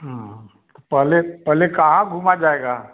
हाँ तो पहले पहले कहाँ घूमा जाएगा